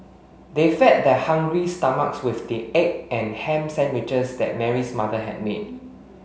they fed their hungry stomachs with the egg and ham sandwiches that Mary's mother had made